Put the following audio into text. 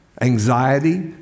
anxiety